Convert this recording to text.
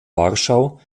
warschau